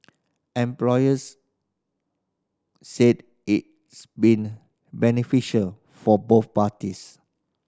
employers said it's been beneficial for both parties